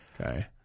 okay